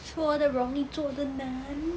说得容易做得难